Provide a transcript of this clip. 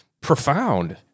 profound